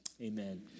amen